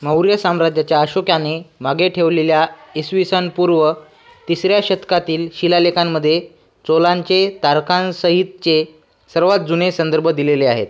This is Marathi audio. मौर्य साम्राज्याच्या अशोकाने मागे ठेवलेल्या इसवी सनपूर्व तिसर्या शतकातील शिलालेखांमध्ये चोलांचे तारखांसहितचे सर्वात जुने संदर्भ दिलेले आहेत